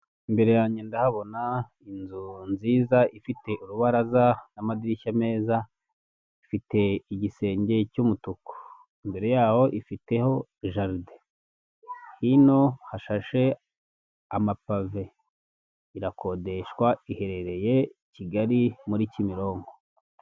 Imbere yanjye ndahabona inzu nziza ifite urubaraza n'amadirishya meza, ifite igisenge cy'umutuku, imbere yaho ifiteho jaride, hino hashashe amapave, irakodeshwa iherereye i Kigali muri cyimironko.